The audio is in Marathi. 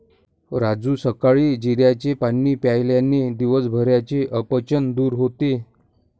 राजू सकाळी जिऱ्याचे पाणी प्यायल्याने दिवसभराचे अपचन दूर होते